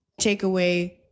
takeaway